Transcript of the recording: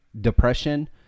Depression